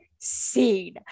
scene